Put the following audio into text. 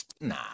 nah